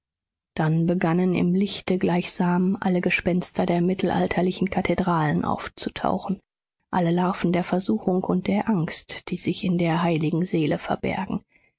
dann begannen im lichte gleichsam alle gespenster der mittelalterlichen kathedralen aufzutauchen alle larven der versuchung und der angst die sich in der heiligen seele verbergen